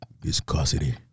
Viscosity